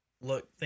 look